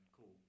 Cool